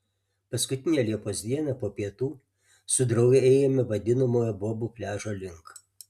paskutinę liepos dieną po pietų su drauge ėjome vadinamojo bobų pliažo link